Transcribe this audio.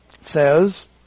says